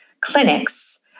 clinics